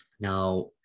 Now